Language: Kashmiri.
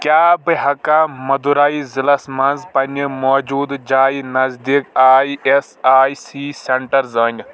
کیٛاہ بہٕ ہیٚکاہ مٔدوٗرایی ضلعس منٛز پننہِ موٗجوٗدٕ جایہِ نزدیٖک I S I C centre زٲنِتھ؟